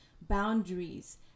boundaries